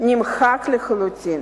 נמחק לחלוטין.